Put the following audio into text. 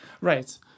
Right